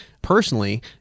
personally